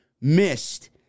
missed